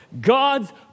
God's